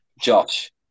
josh